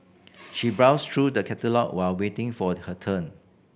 she browsed through the catalogue while waiting for her turn